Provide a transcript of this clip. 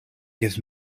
gives